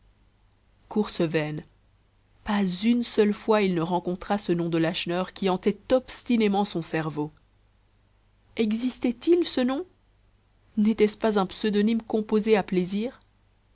courses vaines pas une seule fois il ne rencontra ce nom de lacheneur qui hantait obstinément son cerveau existait-il ce nom n'était-ce pas un pseudonyme composé à plaisir